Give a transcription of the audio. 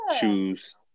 choose